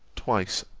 twice,